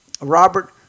Robert